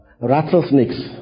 Rattlesnakes